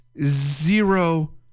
zero